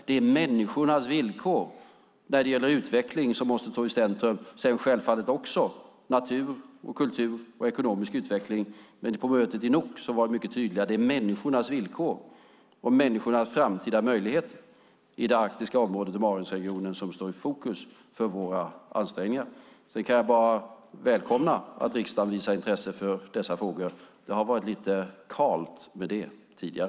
Det är människornas villkor när det gäller utveckling som måste stå i centrum, sedan självfallet också natur, kultur och ekonomisk utveckling. På mötet i Nuuk var vi mycket tydliga. Det är människornas villkor och deras framtida möjligheter i det arktiska området och Barentsregionen som står i fokus för våra ansträngningar. Sedan kan jag bara välkomna att riksdagen visar intresse för dessa frågor. Det har varit lite kalt med det tidigare.